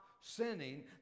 sinning